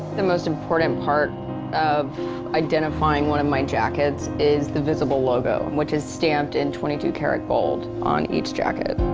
the most important part of identifying one of my jackets is the visible logo which is stamped in twenty two carat gold on each jacket.